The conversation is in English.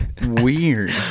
weird